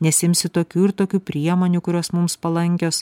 nesiimsit tokių ir tokių priemonių kurios mums palankios